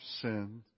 sin